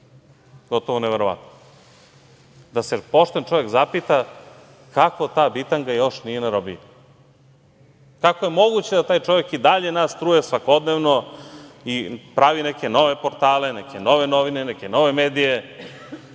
Gotovo neverovatno, da se pošten čovek zapita kako ta bitanga još nije na robiji? Kako je moguće da taj čovek i dalje nas truje, svakodnevno i pravi neke nove portale, neke nove novine, neke nove medije,